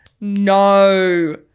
No